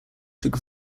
took